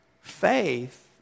faith